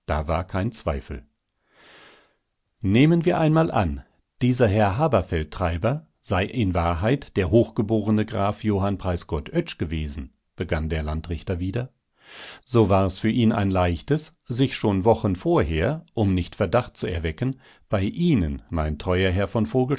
da war kein zweifel nehmen wir einmal an dieser herr haberfeldtreiber sei in wahrheit der hochgeborene graf johann preisgott oetsch gewesen begann der landrichter wieder so war es für ihn ein leichtes sich schon wochen vorher um nicht verdacht zu erwecken bei ihnen mein teurer herr